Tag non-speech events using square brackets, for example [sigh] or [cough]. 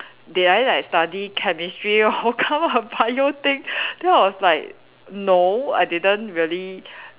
did I like study Chemistry oh come out Bio thing [breath] then I was like no I didn't really